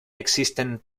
existing